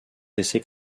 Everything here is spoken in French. essais